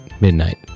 Midnight